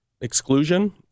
exclusion